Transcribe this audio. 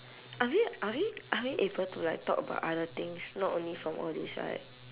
are we are we are we able to like talk about other things not only from all these right